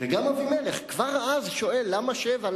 וגם אבימלך, כבר אז, שואל: למה שבע?